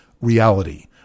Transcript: reality